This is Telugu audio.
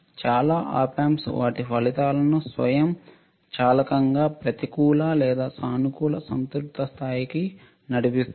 కానీ చాలా ఆప్ ఆంప్స్ వాటి ఫలితాలను స్వయంచాలకంగా ప్రతికూల లేదా సానుకూల సంతృప్త స్థాయికి నడిపిస్తాయి